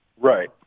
Right